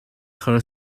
her